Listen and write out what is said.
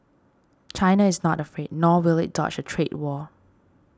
china is not afraid nor will it dodge a trade war